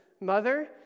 mother